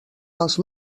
els